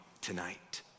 tonight